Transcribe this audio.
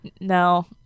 No